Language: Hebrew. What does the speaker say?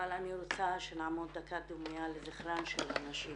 אבל אני רוצה שנעמוד דקה דומייה לזכרן של הנשים